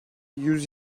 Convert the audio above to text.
yüz